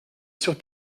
sur